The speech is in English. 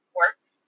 works